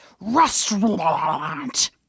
restaurant